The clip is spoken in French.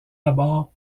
abord